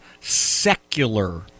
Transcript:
secular